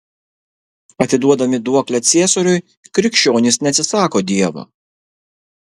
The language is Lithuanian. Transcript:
atiduodami duoklę ciesoriui krikščionys neatsisako dievo